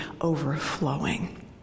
overflowing